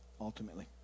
Ultimately